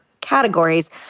categories